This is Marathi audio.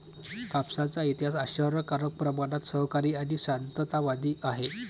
कापसाचा इतिहास आश्चर्यकारक प्रमाणात सहकारी आणि शांततावादी आहे